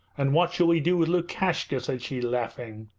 and what shall we do with lukashka said she, laughing.